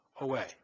away